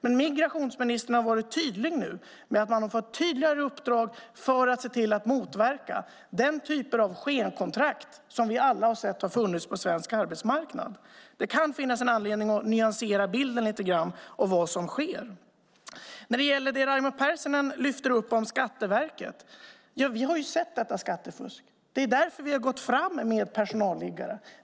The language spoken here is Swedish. Men migrationsministern har varit tydlig med att Migrationsverket har fått ett tydligare uppdrag för att se till att motverka den typen av skenkontrakt som vi alla har sett har funnits på svensk arbetsmarknad. Det kan finnas anledning att lite grann nyansera bilden av vad som sker. När det gäller det som Raimo Pärssinen lyfter fram om Skatteverket har vi sett detta skattefusk. Det är därför som vi har gått fram med personalliggare.